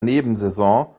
nebensaison